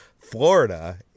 florida